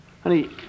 Honey